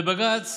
ובג"ץ